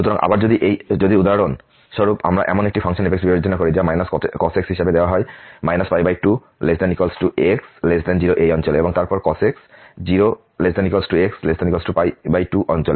সুতরাং আবার যদি উদাহরণস্বরূপ আমরা এমন একটি ফাংশন f বিবেচনা করি যা cos x হিসাবে দেওয়া হয় 2≤x 0 এই অঞ্চলে এবং তারপর cos x 0≤x≤2 অঞ্চলে